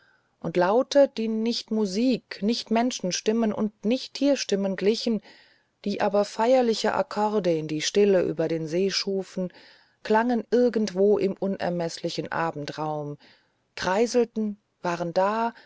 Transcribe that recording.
und laute die nicht musik nicht menschenstimmen und nicht tierstimmen glichen die aber feierliche akkorde in die stille über den see schufen klangen irgendwo im unermessenen abendraum kreiselten waren da